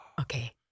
Okay